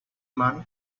money